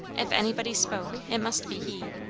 if anybody spoke, it must be he.